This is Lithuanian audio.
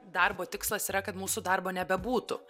darbo tikslas yra kad mūsų darbo nebebūtų